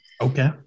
Okay